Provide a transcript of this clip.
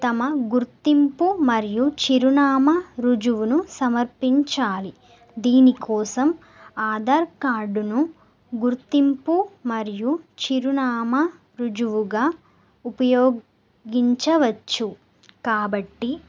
తమ గుర్తింపు మరియు చిరునామా రుజువును సమర్పించాలి దీని కోసం ఆధార్ కార్డును గుర్తింపు మరియు చిరునామా రుజువుగా ఉపయోగించవచ్చు కాబట్టి